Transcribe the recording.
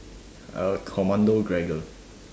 uh commando